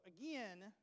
again